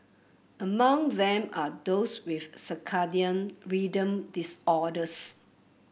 among them are those with circadian rhythm disorders